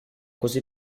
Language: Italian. così